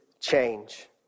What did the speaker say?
change